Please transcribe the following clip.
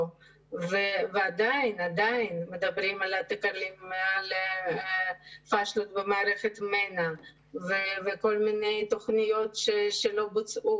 ועדיין מדברים על פשלות במערכת מנע ועל כל מיני תוכניות שלא בוצעו.